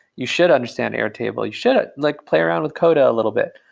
you should understand airtable. you should like play around with code a little bit.